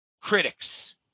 critics